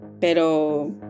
pero